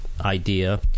idea